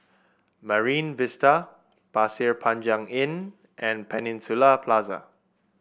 Marine Vista Pasir Panjang Inn and Peninsula Plaza